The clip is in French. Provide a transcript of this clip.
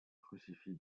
crucifix